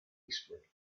eastward